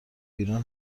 ایران